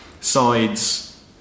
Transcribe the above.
sides